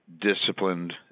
disciplined